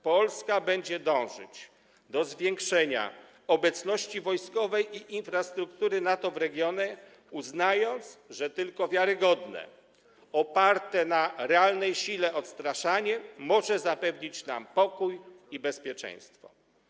Polska będzie dążyć do zwiększenia obecności wojskowej i infrastruktury NATO w regionie, uznając, że tylko wiarygodne, oparte na realnej sile odstraszanie może zapewnić nam pokój i bezpieczeństwo.